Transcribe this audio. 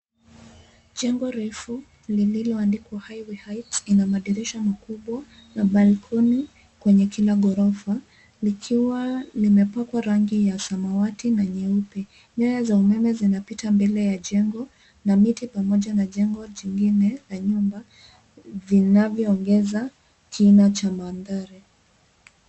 Jengo refu lililoandikwa Highway Heights ina madirisha makubwa na balcony kwenye kila ghorofa, likiwa limepakwa rangi ya samawati na nyeupe. Nyaya za umeme zinapita mbele ya jengo na miti pamoja na jengo jingine la nyumba vinavyoongeza kina cha mandhari.